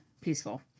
peaceful